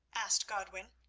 asked godwin.